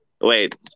wait